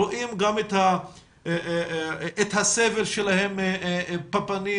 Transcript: רואים גם את הסבל שלהם בפנים,